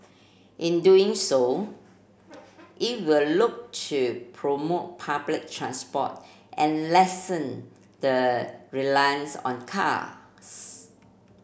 in doing so it will look to promote public transport and lessen the reliance on cars